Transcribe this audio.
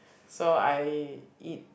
so I eat